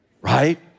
Right